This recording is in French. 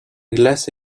glace